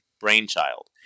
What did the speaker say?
brainchild